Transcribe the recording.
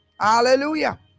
Hallelujah